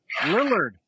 Lillard